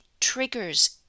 triggers